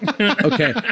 Okay